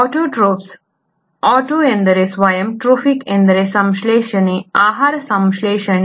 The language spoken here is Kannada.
ಆಟೋಟ್ರೋಫ್ಸ್ autoಆಟೋ ಎಂದರೆ ಸ್ವಯಂ ಟ್ರೋಫಿಕ್ ಎಂದರೆ ಸಂಶ್ಲೇಷಣೆ ಆಹಾರ ಸಂಶ್ಲೇಷಣೆ